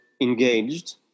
engaged